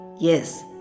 Yes